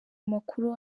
amakuru